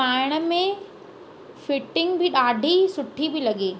पाइण में फिटिंग बि ॾाढी सुठी पई लॻे